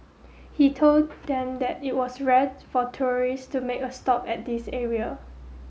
he told them that it was rare for tourists to make a stop at this area